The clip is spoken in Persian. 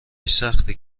سخته